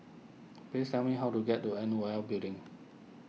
please tell me how to get to N O L Building